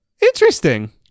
Interesting